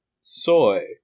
soy